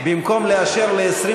בני גנץ גם לא מממש את התחזיות.